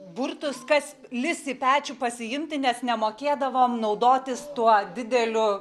burtus kas lįs į pečių pasiimti nes nemokėdavom naudotis tuo dideliu